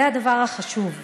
זה הדבר החשוב.